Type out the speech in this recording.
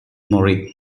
mori